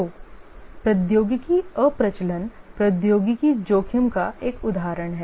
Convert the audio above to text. तो प्रौद्योगिकी अप्रचलन प्रौद्योगिकी जोखिम का एक उदाहरण है